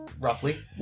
roughly